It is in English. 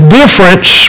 difference